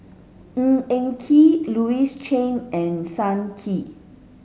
Ng Eng Kee Louis Chen and Sun Yee